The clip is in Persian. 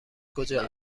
کجا